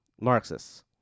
Marxists